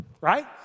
right